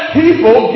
people